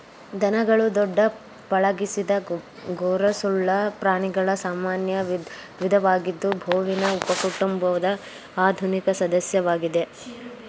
ದನಗಳು ದೊಡ್ಡ ಪಳಗಿಸಿದ ಗೊರಸುಳ್ಳ ಪ್ರಾಣಿಗಳ ಸಾಮಾನ್ಯ ವಿಧವಾಗಿದ್ದು ಬೋವಿನಿ ಉಪಕುಟುಂಬದ ಆಧುನಿಕ ಸದಸ್ಯವಾಗಿವೆ